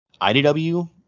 IDW